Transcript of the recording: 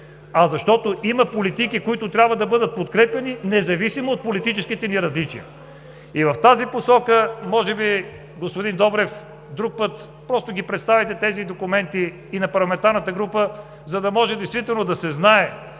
а защото има политики, които трябва да бъдат подкрепяни, независимо от политическите ни различия. В тази посока може би, господин Добрев, друг път просто ги представяйте тези документи и на парламентарната група, за да може да се знае